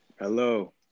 Hello